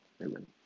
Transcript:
Amen